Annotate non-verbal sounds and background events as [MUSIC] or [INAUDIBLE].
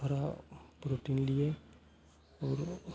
[UNINTELLIGIBLE] protein लिए और